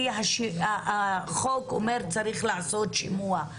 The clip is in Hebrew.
כי החוק אומר שצריך לעשות שימוע,